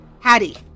Hattie